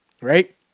right